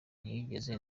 ntiyigeze